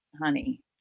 honey